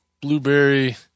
Blueberry